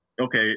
okay